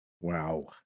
Wow